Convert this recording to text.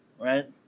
Right